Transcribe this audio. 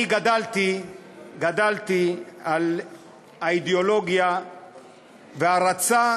אני גדלתי על האידיאולוגיה וההערצה,